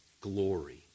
glory